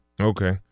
Okay